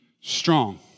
strong